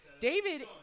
David